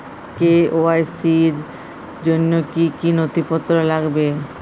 KYC র জন্য কি কি নথিপত্র লাগবে?